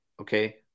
Okay